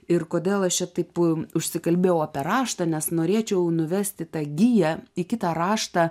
ir kodėl aš čia taip um užsikalbėjau apie raštą nes norėčiau nuvesti tą giją į kitą raštą